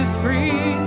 free